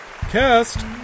Cast